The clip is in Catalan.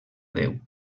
déu